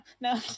no